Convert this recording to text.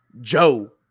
Joe